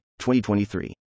2023